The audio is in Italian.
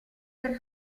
per